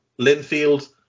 Linfield